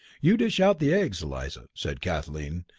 you dish out the eggs, eliza, said kathleen,